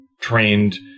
trained